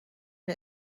and